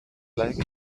like